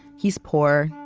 he's poor.